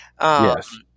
Yes